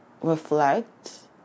reflect